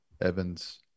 Evans